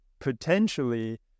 potentially